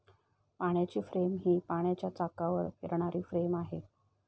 पाण्याची फ्रेम ही पाण्याच्या चाकावर फिरणारी फ्रेम आहे